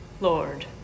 Lord